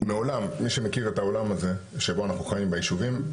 מי שמכיר את העולם הזה שבו אנחנו חיים ביישובים,